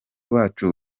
wacu